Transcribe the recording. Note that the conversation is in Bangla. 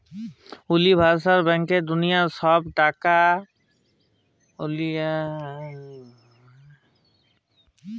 উলিভার্সাল ব্যাংকে দুলিয়ার ছব গিলা লক টাকা খাটায়